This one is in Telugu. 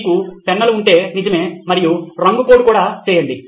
మీకు పెన్నులు ఉంటే నిజమే మరియు రంగు కోడ్ కూడా చేయండి